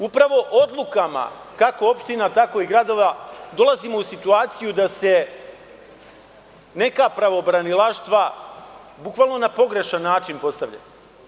Upravo odlukama, kako opština, tako i gradova, dolazimo u situaciju da se neka pravobranilaštva bukvalno na pogrešan način postavljaju.